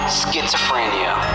schizophrenia